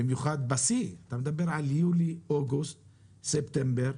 במיוחד בשיא, מדברים על יולי, אוגוסט, ספטמבר,